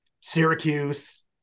Syracuse